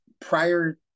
prior